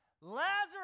Lazarus